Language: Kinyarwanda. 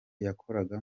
yakoraga